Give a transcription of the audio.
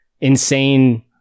insane